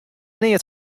neat